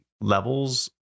levels